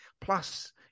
Plus